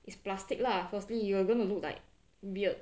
it's plastic lah firstly you are gonna look like weird